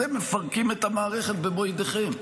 אתם מפרקים את המערכת במו ידיכם,